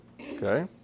Okay